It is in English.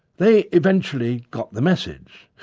they eventually got the message,